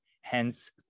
hence